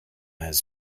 had